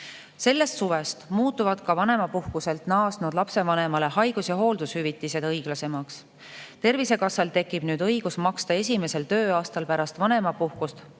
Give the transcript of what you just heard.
Sellest suvest muutuvad ka vanemapuhkuselt naasnud lapsevanemale haigus‑ ja hooldushüvitised õiglasemaks. Tervisekassal tekib nüüd õigus maksta esimesel tööaastal pärast vanemapuhkust